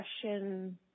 question